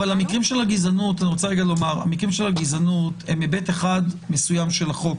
אבל המקרים של הגזענות הם היבט אחד מסוים של החוק.